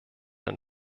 ein